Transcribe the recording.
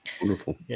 Wonderful